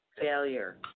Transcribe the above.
failure